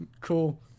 cool